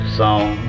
song